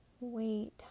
Wait